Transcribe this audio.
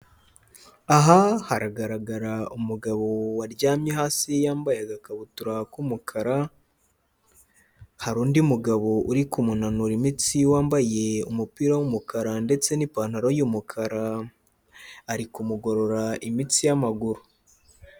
Aha haragaragara umugabo waryamye hasi yambaye agakabutura k'umukara, hari undi mugabo uri kumunanura imitsi wambaye umupira w'umukara ndetse n'ipantaro y'umukara, ari kumugorora imitsi y'amaguru.